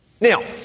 Now